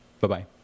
Bye-bye